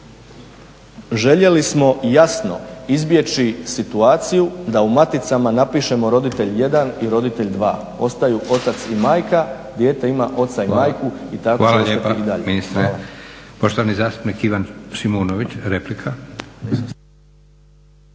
željeli smo jasno izbjeći situaciju da u maticama napišemo roditelj 1 i roditelj 2, ostaju otac i majka, dijete ima oca i majku i tako će ostati i dalje.